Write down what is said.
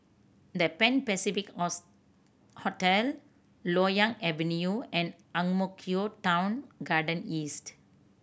The Pan Pacific Hotel Loyang Avenue and Ang Mo Kio Town Garden East